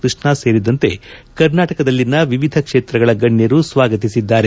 ಕೃಷ್ಣ ಸೇರಿದಂತೆ ಕರ್ನಾಟಕದಲ್ಲಿ ವಿವಿಧ ಕ್ಷೇತ್ರಗಳ ಗಣ್ಣರು ಸ್ವಾಗತಿಬದ್ದಾರೆ